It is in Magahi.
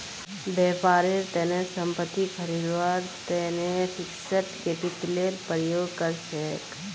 व्यापारेर तने संपत्ति खरीदवार तने फिक्स्ड कैपितलेर प्रयोग कर छेक